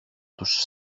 τους